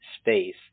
space